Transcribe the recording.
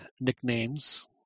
nicknames